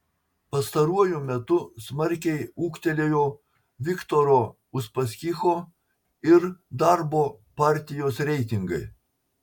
pastaruoju metu smarkiai ūgtelėjo viktoro uspaskicho ir darbo partijos reitingai